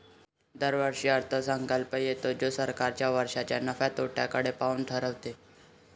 दरवर्षी अर्थसंकल्प येतो जो सरकार वर्षाच्या नफ्या तोट्याकडे पाहून ठरवते